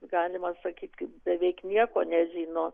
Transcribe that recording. galima sakyti kaip beveik nieko nežino